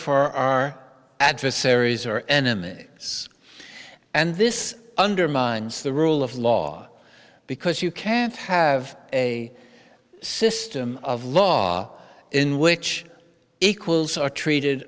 for our adversaries are enemies and this undermines the rule of law because you can't have a system of law in which equals are treated